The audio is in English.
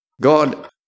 God